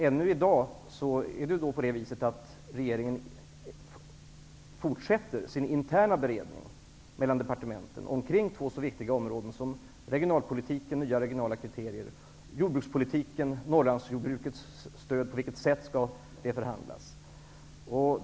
Ännu i dag fortsätter regeringen sin interna beredning mellan departementen omkring två så viktiga områden som regionalpolitiken, med nya regionala kriterier, och jordbrukspolitiken, med frågan om på vilket sätt stödet till Norrland skall förhandlas.